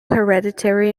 hereditary